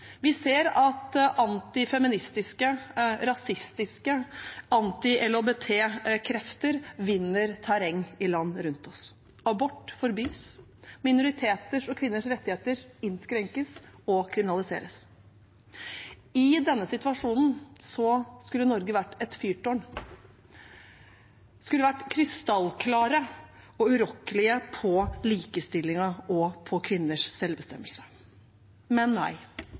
Vi ser at antifeministiske, rasistiske og anti-LHBT-krefter vinner terreng i land rundt oss. Abort forbys. Minoriteters og kvinners rettigheter innskrenkes og kriminaliseres. I denne situasjonen skulle Norge ha vært et fyrtårn, vi skulle ha vært krystallklare og urokkelige for likestilling og kvinners selvbestemmelse. Men nei,